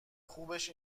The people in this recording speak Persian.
خوبش